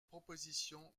proposition